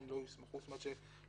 זאת אומרת,